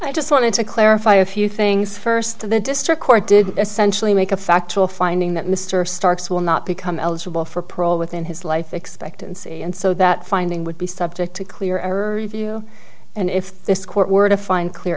i just wanted to clarify a few things first of the district court did essentially make a factual finding that mr starks will not become eligible for parole within his life expectancy and so that finding would be subject to clear a review and if this court were to find clear